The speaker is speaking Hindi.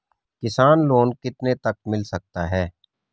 किसान लोंन कितने तक मिल सकता है?